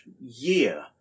year